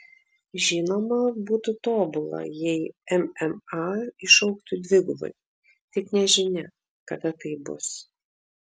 žinoma būtų tobula jei mma išaugtų dvigubai tik nežinia kada tai bus